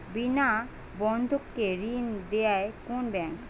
বিনা বন্ধক কে ঋণ দেয় কোন ব্যাংক?